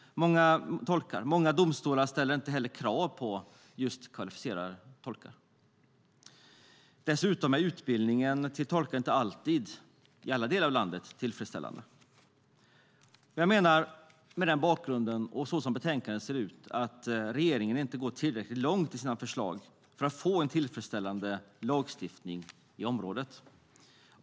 Många domstolar ställer inte heller krav på kvalificerade tolkar. Dessutom är utbildningen till tolk inte alltid tillfredsställande i alla delar av landet. Jag menar mot den bakgrunden och så som betänkandet ser ut att regeringen inte går tillräckligt långt i sina förslag för att få en tillfredställande lagstiftning på området.